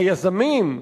היזמים,